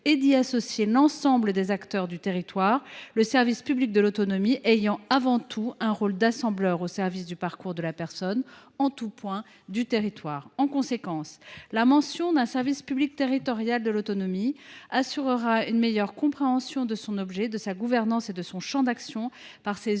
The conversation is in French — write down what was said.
d’y associer l’ensemble des acteurs du territoire, le service public de l’autonomie ayant avant tout un rôle d’assembleur au service du parcours de la personne en tout point du territoire. En conséquence, la mention d’un service public territorial de l’autonomie assurera une meilleure compréhension de son objet, de sa gouvernance et de son champ d’action par ses